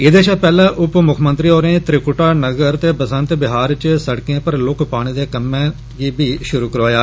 एदे शा पैहले उप मुक्खमंत्री होरें त्रिकुटा नगर बसंत विहार च सड़कें पर लुक्क पाने दे कम्म बी शुरू करवाए